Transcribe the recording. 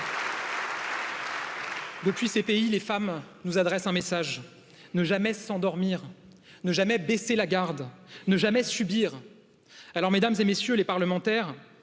depuis ces pays. les femmes nous adressent un message ne jamais s'endormir, ne jamais baisser la garde, ne jamais subir Alors, Mᵐᵉˢ et MM. les parlementaires